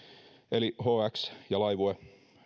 eli hx ja laivue